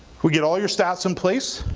we get all your stats in place,